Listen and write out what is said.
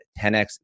10X